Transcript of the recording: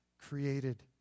created